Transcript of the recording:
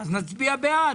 נצביע בעד.